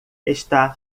está